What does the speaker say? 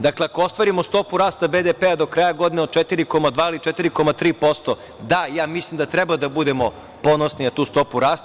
Dakle, ako ostvarimo stopu rasta BDP do kraja godine od 4,2 ili 4,3%, da, ja mislim da treba da budemo ponosni na tu stopu rasta.